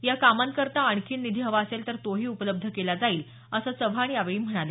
या कामांकरिता आणखीन निधी हवा असेल तर तोही उपलब्ध केला जाईल असं चव्हाण यावेळी म्हणाले